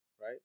right